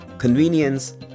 convenience